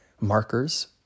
markers